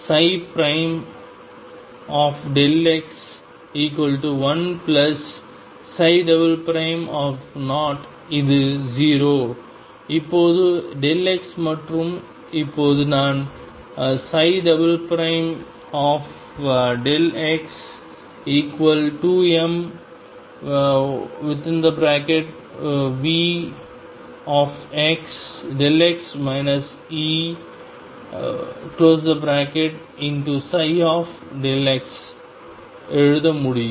x10 இது 0 இப்போது xமற்றும் இப்போது நான்x2mVx Eψ எழுத முடியும்